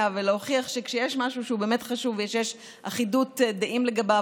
ולהוכיח שכשיש משהו שהוא באמת חשוב ושיש אחדות דעים לגביו,